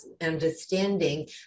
understanding